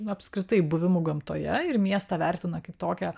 apskritai buvimu gamtoje ir miestą vertina kaip tokią